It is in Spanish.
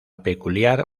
peculiar